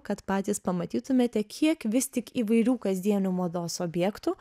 kad patys pamatytumėte kiek vis tik įvairių kasdienių mados objektų